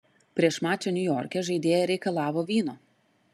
prieš mačą niujorke žaidėja reikalavo vyno